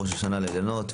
ראש השנה לאילנות,